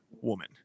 woman